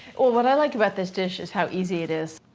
oh, what i like about this dish is how easy it is.